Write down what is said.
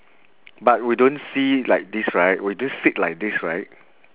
but we don't see like this right we just sit like this right